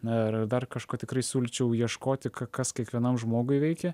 ar dar kažko tikrai siūlyčiau ieškoti kas kiekvienam žmogui veikia